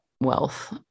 wealth